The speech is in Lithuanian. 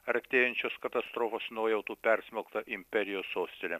artėjančios katastrofos nuojautų persmelktą imperijos sostinę